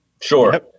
Sure